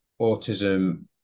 autism